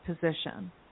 position